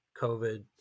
COVID